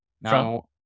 Now